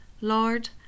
Lord